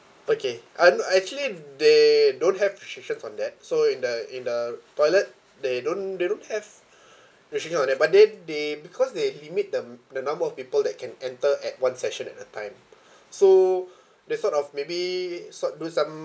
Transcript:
okay uh n~ actually they don't have restrictions on that so in the in the toilet they don't they don't have restriction on that but then they because they limit the the number of people that can enter at one session at a time so they sort of maybe sort do some